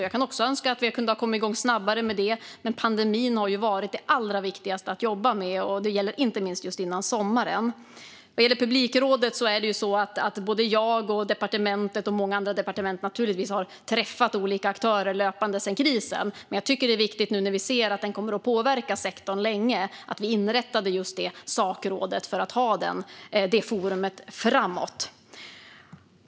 Jag kan också önska att vi kunde ha kommit igång snabbare med det, men pandemin har ju varit det allra viktigaste att jobba med. Det gällde inte minst före sommaren. Vad gäller publikrådet har både jag och Kulturdepartementet och många andra departement naturligtvis träffat olika aktörer löpande sedan krisen började. Men jag tycker att det är viktigt, nu när vi ser att den kommer att påverka sektorn länge, att vi inrättar detta sakråd för att ha det forumet framöver.